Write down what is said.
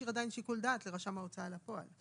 עדיין שיקול דעת לרשם ההוצאה לפועל.